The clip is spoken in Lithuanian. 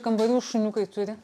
kambarių šuniukai turi